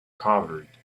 covered